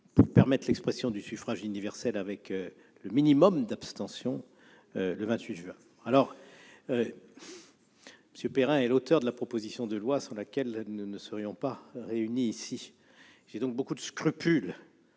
pour permettre l'expression du suffrage universel avec un minimum d'abstention le 28 juin prochain. M. Perrin est l'auteur de la proposition de loi sans laquelle nous ne serions pas réunis ici. J'ai donc beaucoup de scrupules